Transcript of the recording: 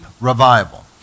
revival